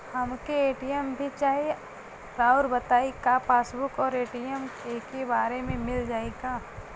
हमके ए.टी.एम भी चाही राउर बताई का पासबुक और ए.टी.एम एके बार में मील जाई का?